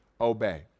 obey